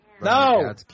no